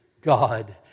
God